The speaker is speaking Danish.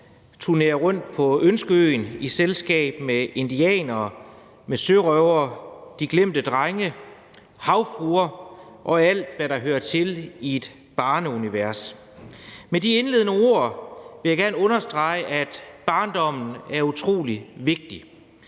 turnerer rundt på Ønskeøen i selskab med indianere, med sørøvere, de glemte drenge, havfruer og alt, hvad der hører til et barneunivers. Med de indledende ord vil jeg gerne understrege, at barndommen er utrolig vigtig.